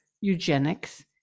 eugenics